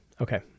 Okay